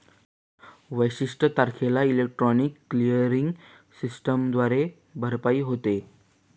विशिष्ट तारखेला electronic clearing सिस्टमद्वारे भरपाई होते